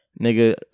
nigga